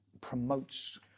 promotes